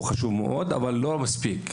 הוא חשוב מאוד אבל לא מספיק.